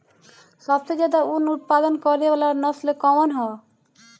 सबसे ज्यादा उन उत्पादन करे वाला नस्ल कवन ह?